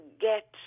get